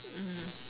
mm